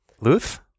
Luth